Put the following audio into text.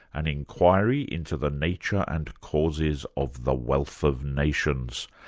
an inquiry into the nature and causes of the wealth of nations.